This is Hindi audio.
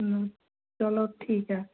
चलो ठीक है